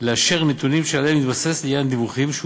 לאשר נתונים שעליהם התבסס לעניין דיווחים שהוא